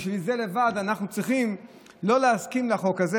בשביל זה לבד אנחנו צריכים לא להסכים לחוק הזה.